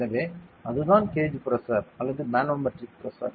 எனவே அதுதான் gauge pressure அல்லது மனோமெட்ரிக் பிரஷர்